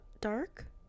dark